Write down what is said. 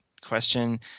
question